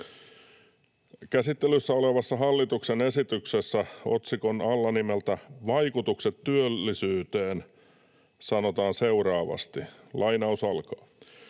Käsittelyssä olevassa hallituksen esityksessä otsikon nimeltä ”Vaikutukset työllisyyteen” alla sanotaan seuraavasti: